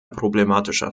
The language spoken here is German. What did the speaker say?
problematischer